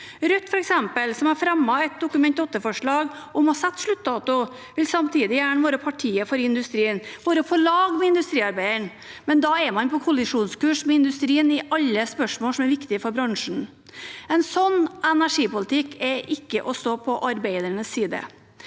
Rødt har fremmet et Dokument 8-forslag om å sette sluttdato, men vil samtidig gjerne være partiet for industrien – være på lag med industriarbeideren. Da er man på kollisjonskurs med industrien i alle spørsmålene som er viktige for bransjen. En slik energipolitikk er ikke å stå på arbeidernes side.